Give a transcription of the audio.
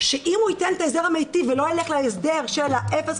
שאם הוא ייתן את ההסדר המיטיב ולא ילך להסדר של האפס,